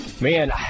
Man